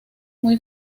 muy